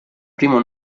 primo